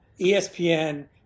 ESPN